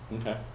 Okay